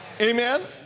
Amen